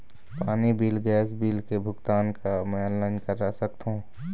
पानी bill gas bill के भुगतान का मैं ऑनलाइन करा सकथों?